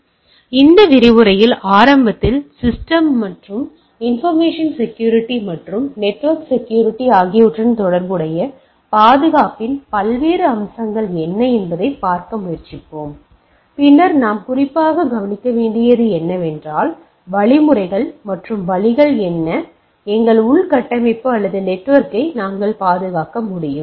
எனவே இந்த விரிவுரையில் ஆரம்பத்தில் சிஸ்டம் மற்றும் இன்பர்மேஷன் செக்யூரிட்டி மற்றும் நெட்வொர்க் செக்யூரிட்டி ஆகியவற்றுடன் தொடர்புடைய பாதுகாப்பின் பல்வேறு அம்சங்கள் என்ன என்பதைப் பார்க்க முயற்சிப்போம் பின்னர் நாம் குறிப்பாக கவனிக்க வேண்டியது என்ன வழிமுறைகள் மற்றும் வழிகள் என்ன எங்கள் உள்கட்டமைப்பு அல்லது நெட்வொர்க்கை நாங்கள் பாதுகாக்க முடியும்